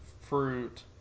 fruit